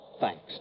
Thanks